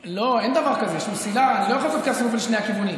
לא שני הכיוונים?